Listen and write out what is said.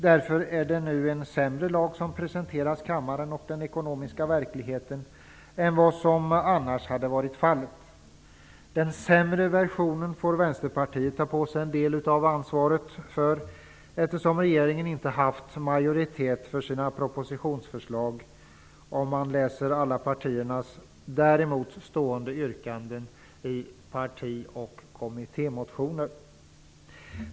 Därför är det nu en sämre lag som presenteras för kammaren och den ekonomiska verkligheten än vad som annars hade varit fallet. Den sämre versionen får Vänsterpartiet ta på sig en del av ansvaret för eftersom regeringen inte har haft majoritet för sina propositionsförslag. Det ser man om man läser alla partiernas däremot stående yrkanden i parti och kommittémotioner.